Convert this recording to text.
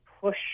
push